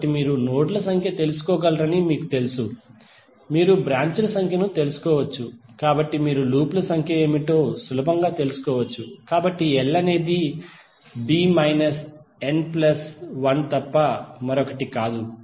కాబట్టి మీరు నోడ్ ల సంఖ్యను తెలుసుకోగలరని మీకు తెలుసు మీరు బ్రాంచ్ ల సంఖ్యను తెలుసుకోవచ్చు కాబట్టి మీరు లూప్ ల సంఖ్య ఏమిటో సులభంగా తెలుసుకోవచ్చు కాబట్టి l అనేది b minus n plus one తప్ప మరొకటి కాదు